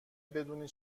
بدونی